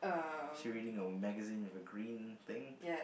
she reading a magazine with a green thing